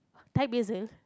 Thai Basil